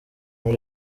muri